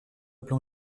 plan